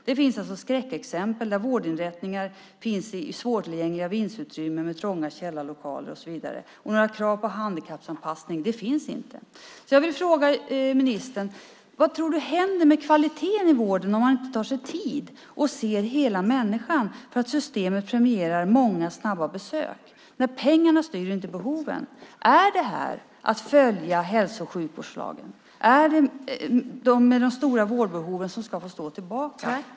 Det finns skräckexempel där vårdinrättningar finns i svårtillgängliga vindsutrymmen, trånga källarlokaler, och så vidare. Några krav på handikappanpassning finns inte. Så jag vill fråga ministern: Vad tror du händer med kvaliteten i vården om man inte tar sig tid och ser hela människan för att systemet premierar många snabba besök? Pengarna styr, inte behoven. Är det att följa hälso och sjukvårdslagen? Är det de med de stora vårdbehoven som ska få stå tillbaka?